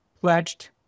pledged